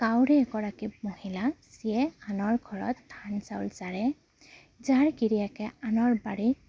গাঁৱৰে এগৰাকী মহিলা যিয়ে আনৰ ঘৰত ধান চাউল জাৰে যাৰ গিৰিয়েকে আনৰ বাৰীত